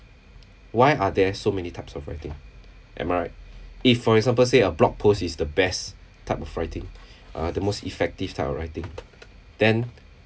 why are there so many types of writing am I right if for example say a blog post is the best type of writing uh the most effective type of writing then